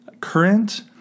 current